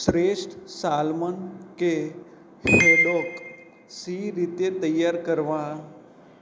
શ્રેષ્ઠ સાલ્મન કે હેડોક શી રીતે તૈયાર કરવાં